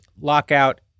lockout